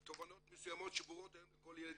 תובנות מסוימות שברורות היום לכל ילד בישראל.